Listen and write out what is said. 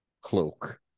cloak